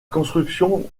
construction